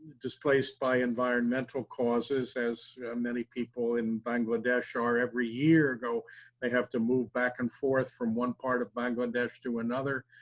displaced by environmental causes, as many people in bangladesh are every year, they have to move back and forth from one part of bangladesh to another.